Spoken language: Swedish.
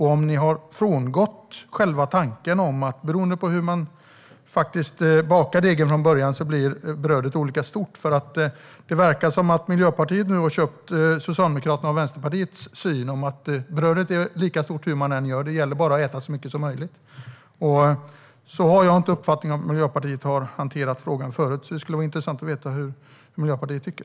Har ni frångått själva tanken på att beroende på hur man bakar degen från början blir brödet olika stort? Det verkar som att Miljöpartiet nu har köpt Socialdemokraternas och Vänsterpartiet syn: Brödet är lika stort hur man än gör. Det gäller bara att äta så mycket som möjligt. Jag har inte uppfattningen att Miljöpartiet har hanterat frågan så tidigare, så det skulle vara intressant att veta vad Miljöpartiet tycker.